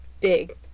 big